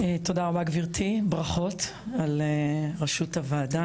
תודה רבה גבירתי, ברכות על ראשות הוועדה.